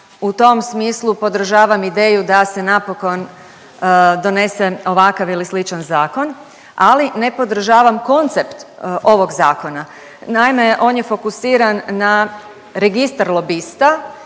u tom smislu podržavam ideju da se napokon donese ovakav ili sličan zakon, ali ne podržavam koncept ovog Zakona. Naime, on je fokusiran na registar lobista,